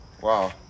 Wow